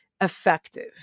effective